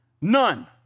None